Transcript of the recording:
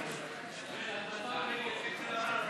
שלי יחימוביץ וסתיו שפיר לסעיף 1 לא נתקבלה.